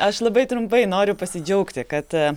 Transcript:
aš labai trumpai noriu pasidžiaugti kad